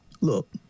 look